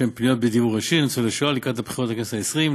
ולשם פניות בדיוור ישיר לניצולי שואה לקראת הבחירות לכנסת העשרים.